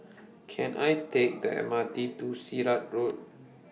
Can I Take The M R T to Sirat Road